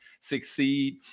succeed